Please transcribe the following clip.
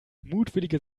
mutwillige